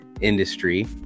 industry